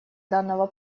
данного